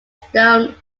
stone